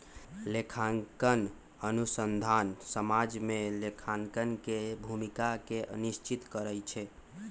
लेखांकन अनुसंधान समाज में लेखांकन के भूमिका के निश्चित करइ छै